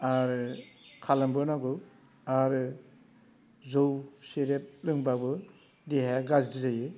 आरो खालामनोबो नांगौ आरो जौ सेरेब लोंबाबो देहाया गाज्रि जायो